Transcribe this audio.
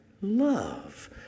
love